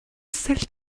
celles